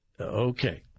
Okay